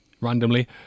randomly